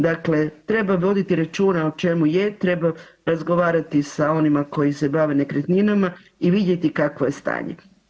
Dakle, treba voditi računa o čemu je, treba razgovarati sa onima koji se bave nekretninama i vidjeti kakvo je stanje.